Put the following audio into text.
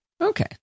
Okay